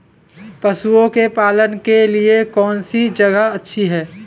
पशुओं के पालन के लिए कौनसी जगह अच्छी है?